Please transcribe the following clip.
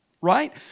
right